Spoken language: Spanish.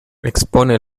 expone